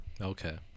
Okay